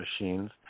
machines